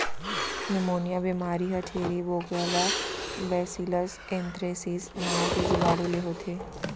pneumonia बेमारी ह छेरी बोकरा ला बैसिलस एंथ्रेसिस नांव के जीवानु ले होथे